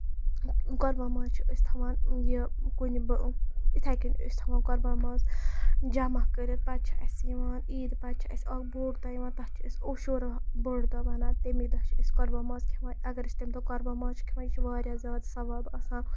قۄربان ماز چھِ أسۍ تھاوان یہِ کُنہِ یہِ یِتھے کَنۍ چھِ تھاوان قۄربان ماز جمع کٔرِتھ پَتہٕ چھِ اَسہِ نِوان عیٖد پَتہ چھُ اَسہِ اکھ بوٚڑ دۄہ یِوان تَتھ چھُ اوشوٗرا بوٚڑ دۄہ وَنان تٔمے دۄہ چھِ أسۍ قۄربان ماز کھٮ۪وان اَگر أسۍ تَمہِ دۄہ قۄرربان ماز کھٮ۪وان اَگر أسۍ تَمہِ دۄہ قۄربان ماز چھِ کھٮ۪وان یہِ چھُ واریاہ زیادٕ ثواب آسان